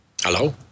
Hello